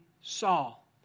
Saul